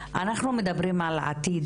אנחנו מדברים על העתיד,